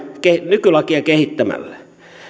nykylakia kehittämällä